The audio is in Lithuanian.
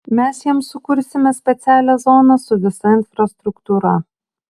mes jiems sukursime specialią zoną su visa infrastruktūra